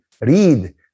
read